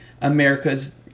America's